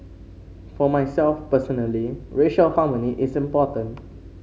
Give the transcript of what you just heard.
for myself personally racial harmony is important